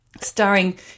starring